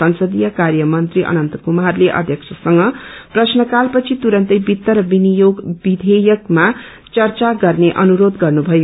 संसदीय कार्यमन्त्री अनन्त कुमारले अध्यक्षसँग प्रश्नकाल पछि तुरन्तै वित्त र विनियोग विषेयकमा चर्चा गर्ने अनुरोष गर्नुभयो